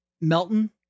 Melton